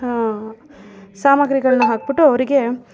ಸಾಮಗ್ರಿಗಳನ್ನು ಹಾಕಿಬಿಟ್ಟು ಅವರಿಗೆ